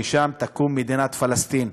ושם תקום מדינת פלסטין,